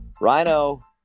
Rhino